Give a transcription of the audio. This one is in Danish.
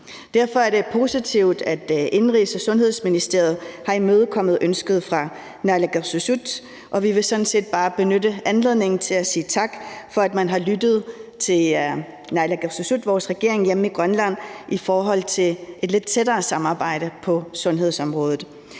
Derfor er det positivt, at Indenrigs- og Sundhedsministeriet har imødekommet ønsket fra naalakkersuisut, og vi vil sådan set bare benytte anledningen til at sige tak for, at man har lyttet til naalakkersuisut, vores regering hjemme i Grønland, i forhold til et lidt tættere samarbejde på sundhedsområdet.